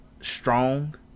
strong